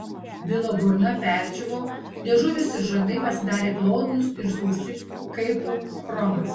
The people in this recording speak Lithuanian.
bilo burna perdžiūvo liežuvis ir žandai pasidarė glotnūs ir sausi kaip chromas